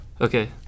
Okay